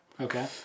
Okay